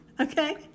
Okay